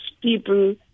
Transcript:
people